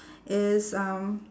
it's um